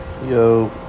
Yo